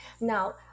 Now